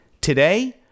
Today